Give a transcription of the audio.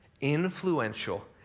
influential